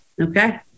Okay